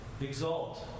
Exalt